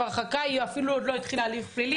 הרחקה והיא אפילו עוד לא התחילה הליך פלילי,